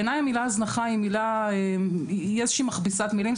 בעיניי המילה הזנחה היא איזושהי מכבסת מילים,